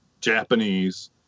Japanese